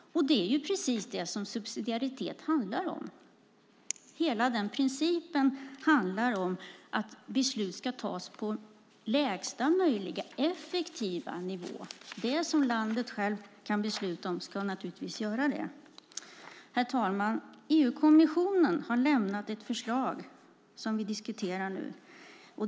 Det är precis det som subsidiaritet handlar om. Hela principen handlar om att beslut ska fattas på lägsta möjliga effektiva nivå. Det som landet självt kan besluta om ska landet naturligtvis besluta om. Herr talman! EU-kommissionen har lämnat ett förslag som vi diskuterar nu.